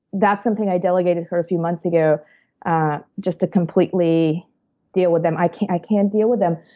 that's something i delegated her a few months ago just to completely deal with them. i can't i can't deal with them.